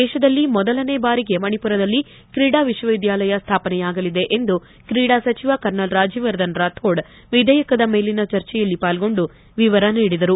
ದೇಶದಲ್ಲಿ ಮೊದಲನೇ ಬಾರಿಗೆ ಮಣಿಪುರದಲ್ಲಿ ಕ್ರೀಡಾ ವಿಶ್ವವಿದ್ಯಾಲಯ ಸ್ಥಾಪನೆಯಾಗಲಿದೆ ಎಂದು ಕ್ರೀಡಾ ಸಚಿವ ಕರ್ನಲ್ ರಾಜ್ಲವರ್ಧನ್ ರಾಥೋಡ್ ವಿಧೇಯಕದ ಮೇಲಿನ ಚರ್ಚೆಯಲ್ಲಿ ಪಾಲ್ಗೊಂಡು ವಿವರ ನೀಡಿದರು